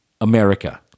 America